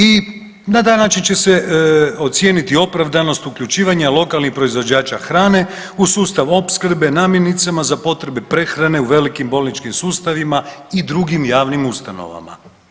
I na … da će se ocijeniti opravdanost uključivanja lokalnih proizvođača hrane u sustav opskrbe namirnicama za potrebe prehrane u velikim bolničkim sustavima i drugim javnim ustanovama.